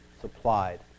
supplied